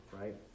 right